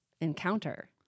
encounter